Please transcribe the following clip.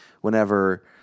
whenever